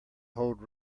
hold